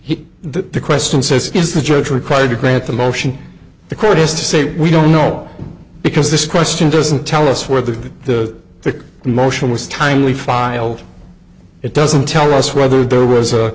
took the question says is the judge required to grant the motion the court is to say we don't know because this question doesn't tell us whether the the motion was timely filed it doesn't tell us whether there was a